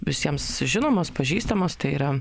visiems žinomos pažįstamos tai yra